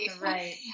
Right